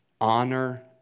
honor